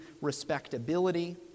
respectability